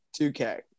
2K